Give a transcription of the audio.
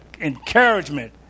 encouragement